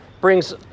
brings